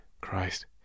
Christ